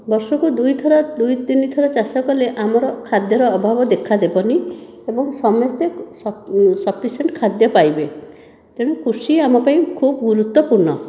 ବର୍ଷକୁ ଦୁଇଥର ଦୁଇ ତିନିଥର ଚାଷ କଲେ ଆମର ଖାଦ୍ୟର ଅଭାବ ଦେଖାଦେବନି ଏବଂ ସମସ୍ତେ ସଫିସିଏଣ୍ଟ ଖାଦ୍ୟ ପାଇବେ ତେଣୁ କୃଷି ଆମ ପାଇଁ ଖୁବ ଗୁରୁତ୍ୱପୂର୍ଣ୍ଣ